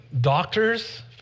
doctors